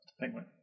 Penguin